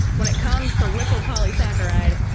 when it comes to lipopolysaccharide,